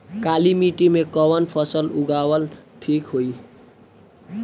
काली मिट्टी में कवन फसल उगावल ठीक होई?